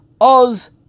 Oz